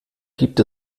gibt